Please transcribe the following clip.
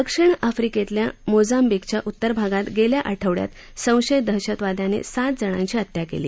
दक्षिण आफ्रिकेतल्या मोजाम्बिकच्या उत्तर भागात गेल्या आठवडयात संशयित दहशतवाद्यांनी सात जणांची हत्या केली